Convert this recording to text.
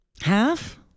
Half